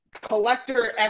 collector